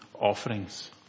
offerings